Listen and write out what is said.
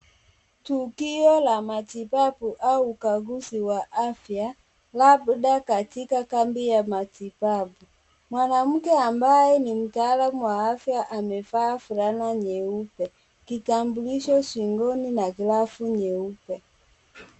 Tukio la matibabu au ugaguzi wa afya labda katika kambi la matibabu. Mwanamke ambaye ni mtaalamu wa afya amevaa fulana nyeupe, kutambulisho shingoni na glavu nyeupe.